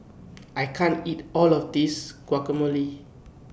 I can't eat All of This Guacamole